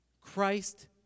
Christ